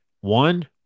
one